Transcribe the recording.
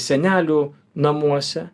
senelių namuose